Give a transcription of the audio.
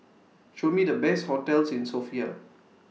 Show Me The Best hotels in Sofia